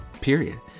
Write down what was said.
period